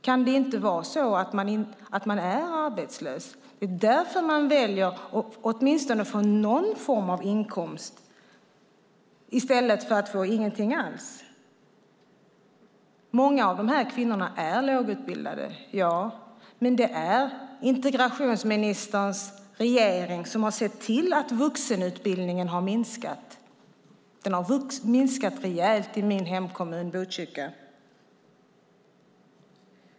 Kan det inte vara så att man är arbetslös och att det är därför man väljer att åtminstone få någon form av inkomst, i stället för att få ingenting alls? Många av dessa kvinnor är lågutbildade - ja. Men det är integrationsministerns regering som har sett till att vuxenutbildningen har minskat. Den har minskat rejält i min hemkommun Botkyrka.